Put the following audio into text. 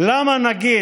למה, נגיד,